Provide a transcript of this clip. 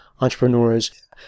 entrepreneurs